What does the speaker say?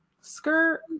skirt